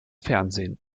fernsehen